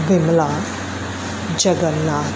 Bimla Jagannath